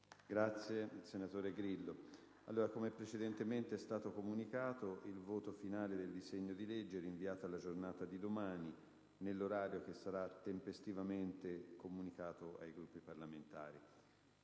nuova finestra"). Come precedentemente comunicato, il voto finale del disegno di legge è rinviato alla giornata di domani, nell'orario che sarà tempestivamente comunicato ai Gruppi parlamentari.